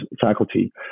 faculty